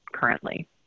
currently